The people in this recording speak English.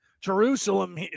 Jerusalem